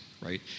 right